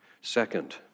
Second